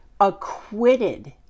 acquitted